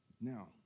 Now